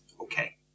Okay